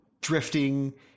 Drifting